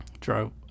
true